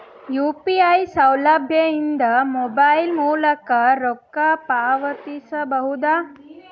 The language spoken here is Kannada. ಯು.ಪಿ.ಐ ಸೌಲಭ್ಯ ಇಂದ ಮೊಬೈಲ್ ಮೂಲಕ ರೊಕ್ಕ ಪಾವತಿಸ ಬಹುದಾ?